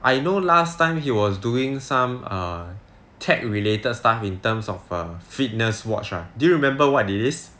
I know last time he was doing some err tech related stuff in terms of a fitness watch right do you remember what it is